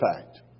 fact